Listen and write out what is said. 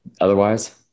otherwise